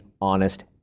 honest